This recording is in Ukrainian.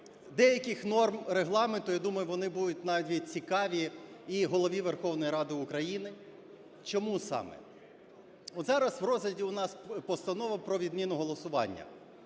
деяких норм Регламенту, я думаю, вони будуть навіть цікаві і Голові Верховної Ради України. Чому саме? От зараз в розгляді в нас постанова про відміну голосування.